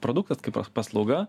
produktas kaip paslauga